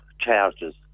charges